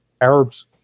Arabs